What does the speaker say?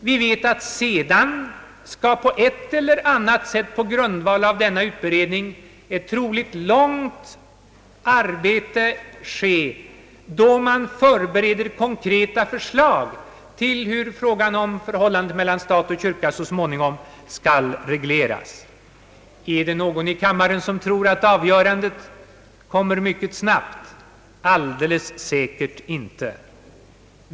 Vi vet, att sedan skall på ett eller annat sätt på grundval av denna utredning ett troligen långvarigt arbete ske med att förbereda konkreta förslag till hur frågan om förhållandet mellan stat och kyrka så småningom skall regleras, Är det någon i kammaren som tror att avgörandet kommer mycket snabbt? Alldeles säkert inte!